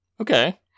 Okay